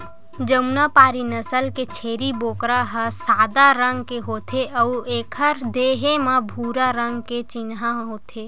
जमुनापारी नसल के छेरी बोकरा ह सादा रंग के होथे अउ एखर देहे म भूरवा रंग के चिन्हा होथे